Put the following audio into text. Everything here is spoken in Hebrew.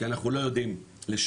כי אנחנו לא יודעים לשקף